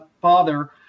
father